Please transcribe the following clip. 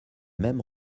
même